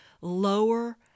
lower